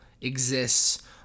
exists